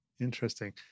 Interesting